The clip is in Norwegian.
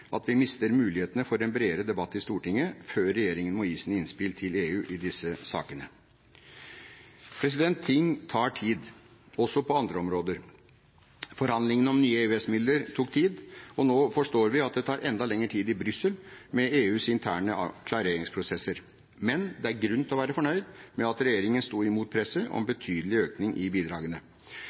at vi mister mulighetene for en bredere debatt i Stortinget før regjeringen må gi sine innspill til EU i disse sakene? Ting tar tid, også på andre områder. Forhandlingene om nye EØS-midler tok tid, og nå forstår vi at det tar enda lengre tid i Brussel, med EUs interne klareringsprosesser. Men det er grunn til å være fornøyd med at regjeringen sto imot presset om betydelig økning i bidragene.